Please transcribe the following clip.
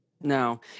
No